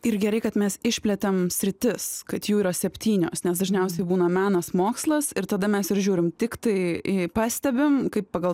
ir gerai kad mes išplėtėm sritis kad jų yra septynios nes dažniausiai būna menas mokslas ir tada mes ir žiūrim tiktai jei pastebim kaip pagal